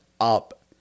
up